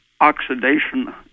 oxidation